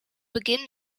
beginn